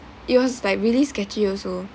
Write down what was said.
it was like really sketchy also